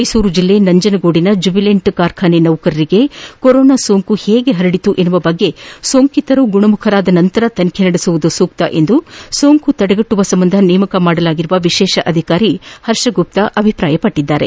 ಮ್ನೆಸೂರು ಜಿಲ್ಲೆ ನಂಜನಗೂಡಿನ ಜುಬಿಲೆಂಟ್ ಕಾರ್ಖಾನೆ ನೌಕರರಿಗೆ ಕೊರೋನಾ ಸೋಂಕು ಹೇಗೆ ಹರಡಿತು ಎಂಬ ಬಗ್ಗೆ ಸೋಂಕಿತರು ಗುಣಮುಖರಾದ ನಂತರ ತನಿಖೆ ನಡೆಸುವುದು ಸೂಕ್ತವೆಂದು ಸೋಂಕು ತಡೆಗಟ್ಟುವ ಸಂಬಂಧ ನೇಮಕವಾಗಿರುವ ವಿಶೇಷ ಅಧಿಕಾರಿ ಹರ್ಷಗುಪ್ತ ಅಭಿಪ್ರಾಯಪಟ್ಟದ್ದಾರೆ